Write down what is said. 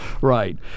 Right